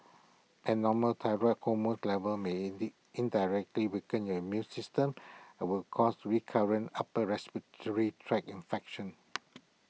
abnormal thyroid hormone levels may lid indirectly weaken your immune system and would cause recurrent upper respiratory tract infections